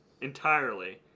entirely